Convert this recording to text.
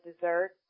dessert